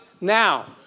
now